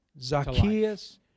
Zacchaeus